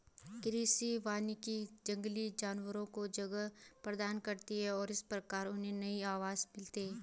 कृषि वानिकी जंगली जानवरों को जगह प्रदान करती है और इस प्रकार उन्हें नए आवास मिलते हैं